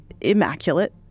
immaculate